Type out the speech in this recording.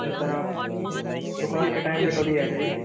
जी sir आप दुकान के टाइम पे कभी आ जाइए